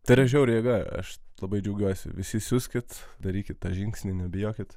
tai yra žiauri jėga aš labai džiaugiuosi visi siųskit darykit tą žingsnį nebijokit